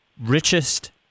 richest